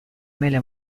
mele